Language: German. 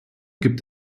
gibt